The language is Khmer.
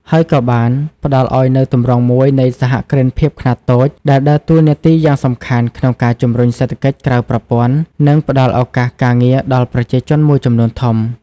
ហើយក៏បានផ្តល់ឱ្យនូវទម្រង់មួយនៃ សហគ្រិនភាពខ្នាតតូច ដែលដើរតួនាទីយ៉ាងសំខាន់ក្នុងការជំរុញសេដ្ឋកិច្ចក្រៅប្រព័ន្ធ និងផ្តល់ឱកាសការងារដល់ប្រជាជនមួយចំនួនធំ ។